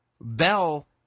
Bell